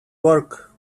work